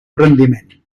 rendiment